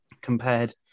compared